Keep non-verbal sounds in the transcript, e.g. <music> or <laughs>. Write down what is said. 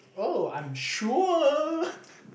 oh I'm sure <laughs>